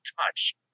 touch